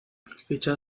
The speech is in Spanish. ficha